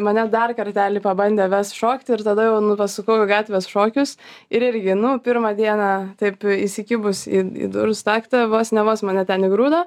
mane dar kartelį pabandė vest šokti ir tada jau pasukau į gatvės šokius ir irgi nu pirmą dieną taip įsikibus į durų staktą vos ne vos mane ten įgrūdo